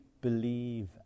believe